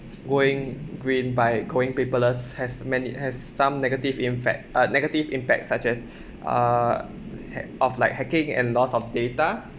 going green by going paperless has many has some negative imfact uh negative impact such as uh hac~ of like hacking and loss of data